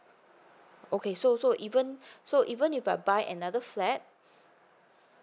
okay so so even so even if I buy another flat